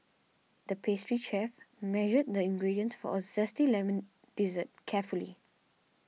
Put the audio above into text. the pastry chef measured the ingredients for a Zesty Lemon Dessert carefully